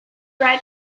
write